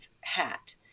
hat